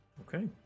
Okay